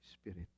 Spirit